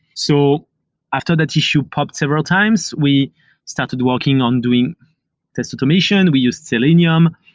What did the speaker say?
so after that issue popped several times, we started working on doing test automation. we used selenium.